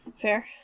Fair